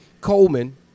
Coleman